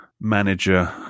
manager